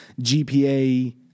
GPA